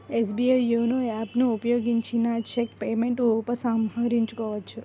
SBI YONO app ను ఉపయోగించిన cheque payment ఉపసంహరించుకోవచ్చు